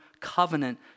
covenant